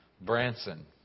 Branson